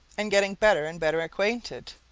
and getting better and better acquainted.